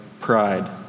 pride